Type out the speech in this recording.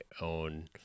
own